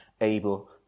able